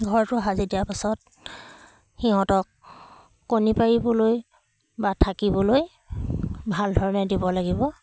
ঘৰটো সাজি দিয়াৰ পাছত সিহঁতক কণী পাৰিবলৈ বা থাকিবলৈ ভাল ধৰণে দিব লাগিব